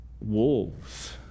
wolves